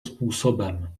způsobem